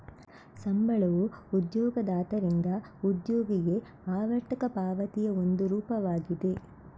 ಸಂಬಳವು ಉದ್ಯೋಗದಾತರಿಂದ ಉದ್ಯೋಗಿಗೆ ಆವರ್ತಕ ಪಾವತಿಯ ಒಂದು ರೂಪವಾಗಿದೆ